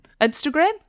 Instagram